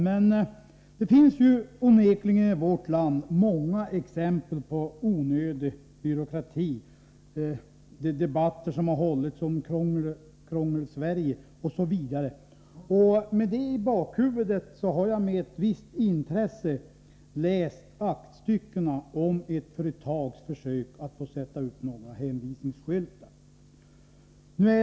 Men det finns onekligen i vårt land många exempel på onödig byråkrati — det har varit debatter om Krångelsverige osv. Med det i bakhuvudet har jag med ett visst intresse läst aktstyckena om ett företags försök att få sätta ut några hänvisningsskyltar.